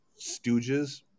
stooges